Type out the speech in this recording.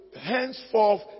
Henceforth